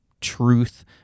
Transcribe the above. truth